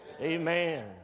Amen